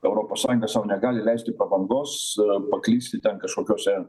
europos sąjunga sau negali leisti prabangos paklysti ten kažkokiuose